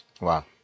Wow